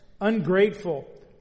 ungrateful